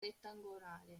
rettangolare